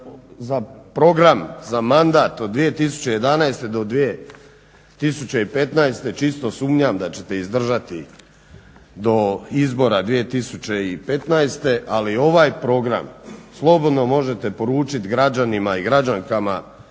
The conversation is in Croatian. program za mandat od 2011. do 2015. Čisto sumnjam da ćete izdržati do izbora 2015. Ali ovaj program slobodno možete poručiti građanima i građankama